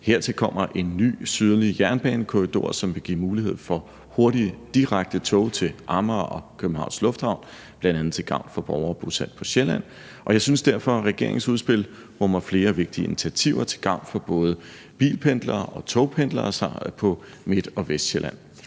Hertil kommer en ny, sydlig jernbanekorridor, som vil give mulighed for hurtige, direkte tog til Amager og Københavns Lufthavn, bl.a. til gavn for borgere bosat på Sjælland. Jeg synes derfor, at regeringens udspil rummer flere vigtige initiativer til gavn for både bilpendlere og togpendlere på Midt- og Vestsjælland.